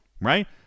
right